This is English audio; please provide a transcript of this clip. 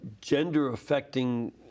gender-affecting